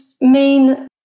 main